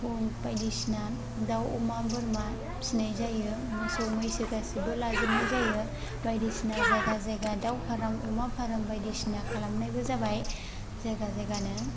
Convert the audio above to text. गय बायदिसिना दाउ अमा बोरमा फिनाय जायो मोसौ मैसो गासिबो लाजोबनाय जायो बायदिसिना जायगा जायगा दाउ फाराम अमा फाराम बायदिसिना खालामनायबो जाबाय जायगा जायगानो